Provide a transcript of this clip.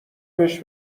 بهش